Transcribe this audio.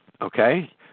Okay